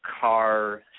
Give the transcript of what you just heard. car